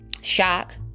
shock